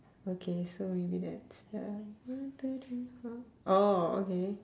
okay so maybe that's uh one two three four orh okay